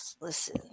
listen